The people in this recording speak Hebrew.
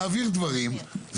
נעביר דברים,